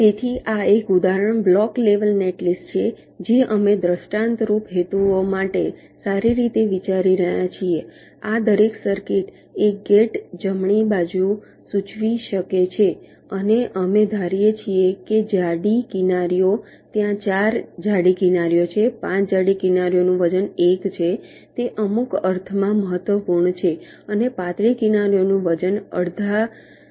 તેથી આ એક ઉદાહરણ બ્લોક લેવલ નેટલિસ્ટ છે જે અમે દૃષ્ટાંતરૂપ હેતુઓ માટે સારી રીતે વિચારી રહ્યા છીએ આ દરેક સર્કિટ એક ગેટ જમણી બાજુ સૂચવી શકે છે અને અમે ધારીએ છીએ કે જાડી કિનારીઓ ત્યાં 4 જાડી કિનારીઓ છે 5 જાડી કિનારીઓનું વજન 1 છે તે અમુક અર્થમાં મહત્વપૂર્ણ છે અને પાતળી કિનારીઓનું વજન અડધા 0